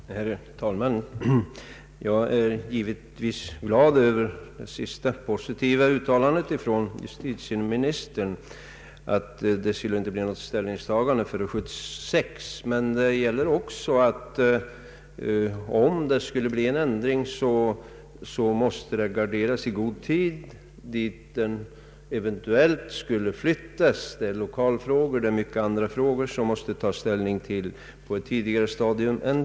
Herr talman! Jag är givetvis glad över det sista positiva uttalandet från justitieministern om att det inte skulle bli något ställningstagande förrän 1976. Men om det skulle bli en ändring måste man förbereda detta i god tid på den ort dit domsagan eventuellt skulle flyttas. Man måste ta ställning till lokalfrågor och andra frågor på ett tidigare stadium.